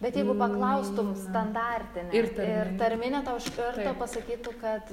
bet jeigu paklaustum standartinė ir tarminė tau iš karto pasakytų kad